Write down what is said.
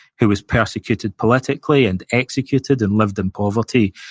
who was persecuted politically and executed, and lived in poverty.